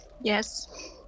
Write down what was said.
Yes